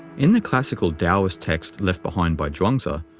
in the classical taoist text left behind by chuang-tzu,